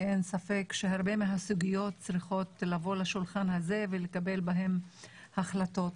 אין ספק שהרבה מהסוגיות צריכות לבוא לשולחן הזה לקבל בהן החלטות.